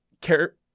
care –